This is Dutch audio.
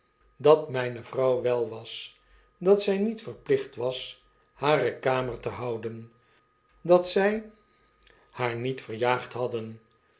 dat myne vrouw wel was dat zg niet verplicht was haro kamer te houden dat zfl haar ni et verjaagd hadden